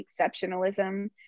exceptionalism